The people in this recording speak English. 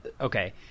okay